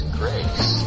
grace